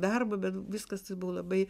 darbo bet viskas tai buvo labai